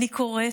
אני קוראת,